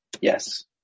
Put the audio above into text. Yes